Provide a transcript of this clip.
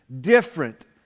different